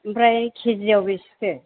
ओमफ्राय केजिआव बेसेथो